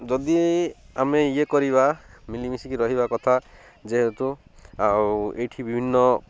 ଯଦି ଆମେ ଇଏ କରିବା ମିଳିମିଶିକି ରହିବା କଥା ଯେହେତୁ ଆଉ ଏଇଠି ବିଭିନ୍ନ